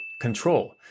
Control